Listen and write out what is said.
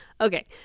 Okay